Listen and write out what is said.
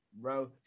Bro